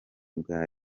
bwa